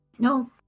No